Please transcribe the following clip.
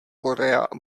korea